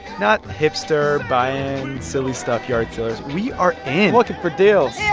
not hipster buying silly stuff yard-salers. we are in. looking for deals yeah